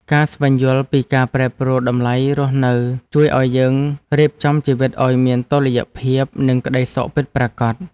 ការស្វែងយល់ពីការប្រែប្រួលតម្លៃរស់នៅជួយឱ្យយើងរៀបចំជីវិតឱ្យមានតុល្យភាពនិងក្ដីសុខពិតប្រាកដ។